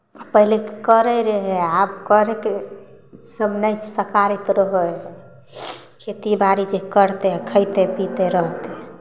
पहिले करै रहै आब करयके ईसभ नहि सकारैत रहै हइ कऽ खेतीबाड़ी जे करतै आ खयतै पीतै रहतै